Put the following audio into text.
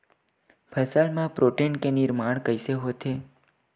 फसल मा प्रोटीन के निर्माण कइसे होथे?